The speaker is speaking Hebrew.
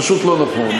פשוט לא נכון.